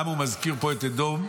למה הוא מזכיר פה את אדום,